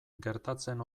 gertatzen